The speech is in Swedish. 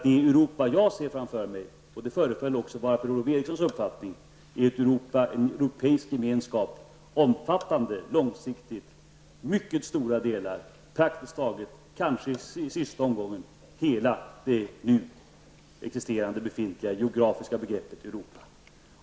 Det Europa jag ser framför mig -- det föreföll också vara Per-Ola Erikssons uppfattning -- innebär en europeisk gemenskap långsiktigt omfattande mycket stora delar och i sista omgången kanske hela det nu existerande befintliga geografiska begreppet Europa.